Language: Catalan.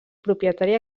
propietari